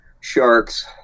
sharks